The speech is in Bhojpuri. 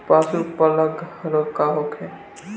पशु प्लग रोग का होखे?